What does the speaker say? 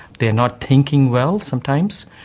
they are not thinking well sometimes,